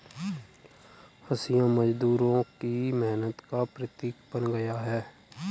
हँसिया मजदूरों की मेहनत का प्रतीक बन गया है